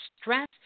stress